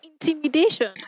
intimidation